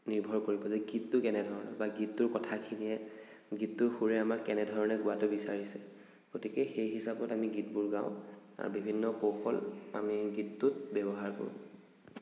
নিৰ্ভৰ কৰিব যে গীতটো কেনেধৰণৰ বা গীতটোৰ কথাখিনিয়ে গীতটোৰ সুৰে আমাক কেনেধৰণে গোৱাটো বিচাৰিছে গতিকে সেই হিচাপত আমি গীতবোৰ গাওঁ আৰু বিভিন্ন কৌশল আমি গীতটোত ব্য়ৱহাৰ কৰোঁ